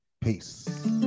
Peace